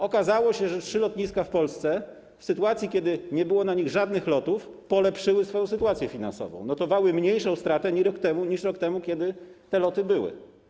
Okazało się, że trzy lotniska w Polsce w sytuacji, kiedy nie było na nich żadnych lotów, polepszyły swoją sytuację finansową - notowały mniejszą stratę niż rok temu, kiedy te loty były.